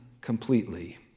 completely